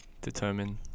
determine